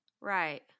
Right